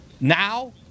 now